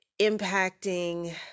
impacting